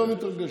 אנחנו מתרגשים.